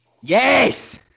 Yes